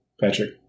Patrick